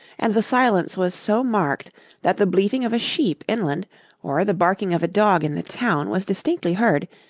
and the silence was so marked that the bleating of a sheep inland or the barking of a dog in the town was distinctly heard,